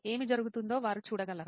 ఏమి జరుగుతుందో వారు చూడగలరా